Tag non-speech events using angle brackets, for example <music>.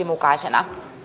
<unintelligible> mukaisena arvoisa